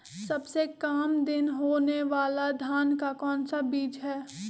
सबसे काम दिन होने वाला धान का कौन सा बीज हैँ?